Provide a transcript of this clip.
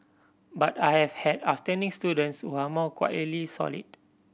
but I have had outstanding students who are more quietly solid